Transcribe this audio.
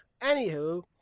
Anywho